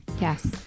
Yes